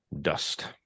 dust